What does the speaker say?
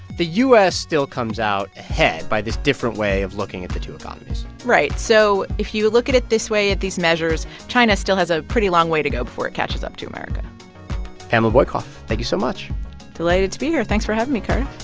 the u s. still comes out ahead by this different way of looking at the two economies right. so if you look at it this way, at these measures, china still has a pretty long way to go before it catches up to america pamela boykoff, thank you so much delighted to be here. thanks for having me, cardiff